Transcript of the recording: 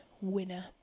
Winner